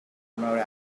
remote